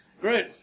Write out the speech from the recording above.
Great